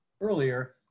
earlier